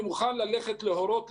אני מוכן ללכת להורות,